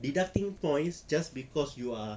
deducting points just cause you are